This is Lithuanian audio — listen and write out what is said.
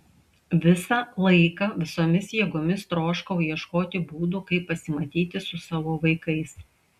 visą laiką visomis jėgomis troškau ieškoti būdų kaip pasimatyti su savo vaikais